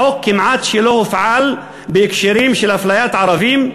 החוק כמעט שלא הופעל בהקשרים של אפליית ערבים.